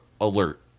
alert